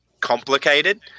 complicated